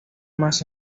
mas